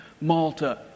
Malta